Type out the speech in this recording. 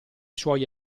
suoi